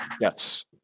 Yes